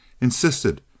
insisted